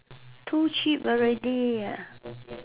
too cheap already ah